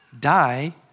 die